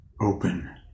open